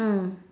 mm